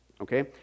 Okay